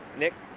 nick.